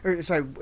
Sorry